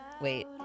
Wait